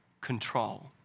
control